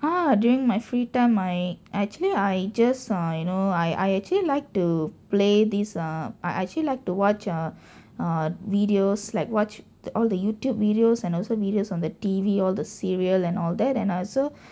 ah during my free time I actually I just ah you know I I actually like to play this err I I actually like to watch ah err videos like watch the all the YouTube videos and also videos on the T_V all the serial and all that and ah so